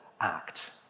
act